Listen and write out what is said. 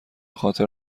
خاطر